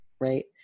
Right